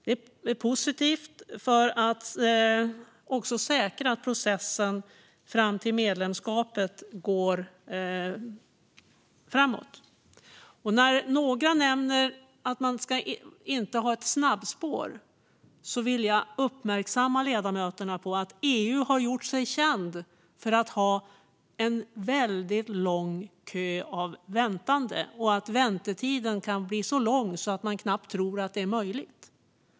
Det är positivt för att också säkerställa att processen fram till medlemskapet går framåt. När några nämner att man inte ska ha snabbspår vill jag uppmärksamma ledamöterna på att EU har gjort sig känt för att ha en väldigt lång kö av väntande och att väntetiden kan bli så lång att man knappt tror att det är möjligt.